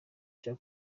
cya